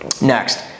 Next